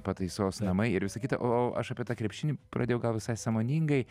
pataisos namai ir visa kita o aš apie tą krepšinį pradėjau gal visai sąmoningai